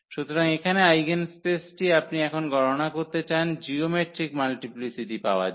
সুতরাং এখানে আইগেনস্পেসটি আপনি এখন গণনা করতে চান জিওমেট্রিক মাল্টিপ্লিসিটি পাবার জন্য